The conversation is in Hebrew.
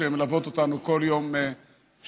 שמלוות אותנו כל יום שני,